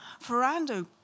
Ferrando